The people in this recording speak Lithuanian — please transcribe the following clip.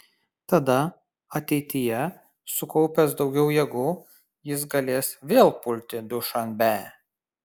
tada ateityje sukaupęs daugiau jėgų jis galės vėl pulti dušanbę